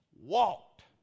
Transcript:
Walked